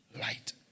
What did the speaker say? Light